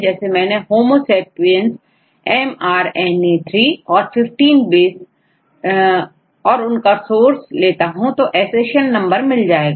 जैसे यदि मैं होमो सेपियंस एमआरएनए 3 और15 बेस और उनका सोर्स लेता हूं तो मुझे एसेशन नंबर मिल जाएगा